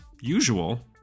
usual